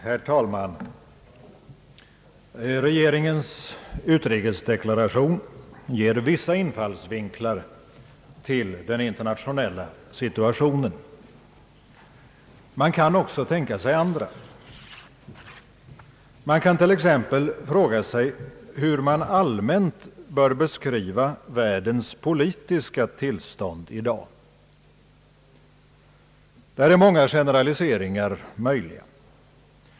Herr talman! Regeringens utrikesdeklaration ger vissa infallsvinklar till den internationella situationen. Man kan också tänka sig andra. Exempelvis kan frågan ställas hur man allmänt bör beskriva världens politiska tillstånd i dag. I det sammanhanget är många generaliseringar möjliga.